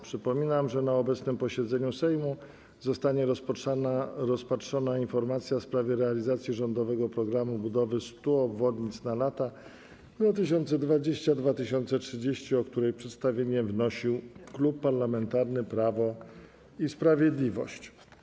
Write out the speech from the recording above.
Przypominam, że na obecnym posiedzeniu Sejmu zostanie rozpatrzona informacja w sprawie realizacji rządowego „Programu budowy 100 obwodnic na lata 2020-2030”, o której przedstawienie wnosił Klub Parlamentarny Prawo i Sprawiedliwość.